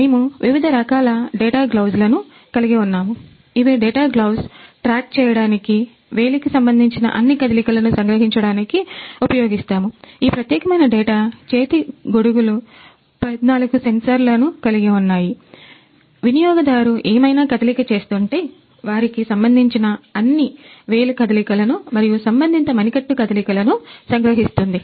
మేము వివిధ రకాల డేటా గ్లౌజులను ను కలిగి ఉన్నాయి వినియోగదారు ఏమైనా కదలిక చేస్తుంటే వారికీ సంబంధించిన అన్ని వేలు కదలికలను మరియు సంబంధిత మణికట్టు కదలికలను సంగ్రహిస్తుంది